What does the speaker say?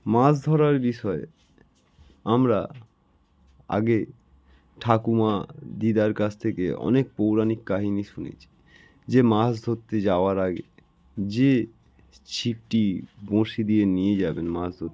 মাছ ধরার বিষয়ে আমরা আগে ঠাকুমা দিদার কাছ থেকে অনেক পৌরাণিক কাহিনি শুনেছি যে মাছ ধরতে যাওয়ার আগে যে ছিপটি বঁড়শিটি নিয়ে যাবে মাছ ধরতে